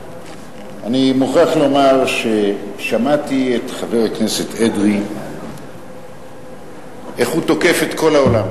אני מוכרח לומר ששמעתי את חבר הכנסת אדרי איך הוא תוקף את כל העולם,